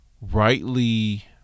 rightly